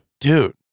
dude